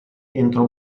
entro